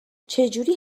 چجوری